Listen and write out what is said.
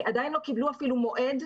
עדיין לא קיבלו אפילו מועד,